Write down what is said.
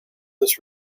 this